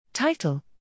Title